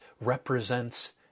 represents